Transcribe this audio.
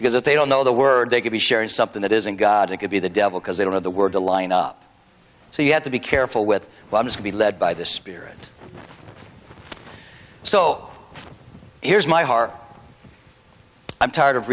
because if they don't know the word they could be sharing something that isn't god it could be the devil because they don't have the word to line up so you have to be careful with what has to be led by the spirit so here's my heart i'm tired of